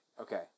Okay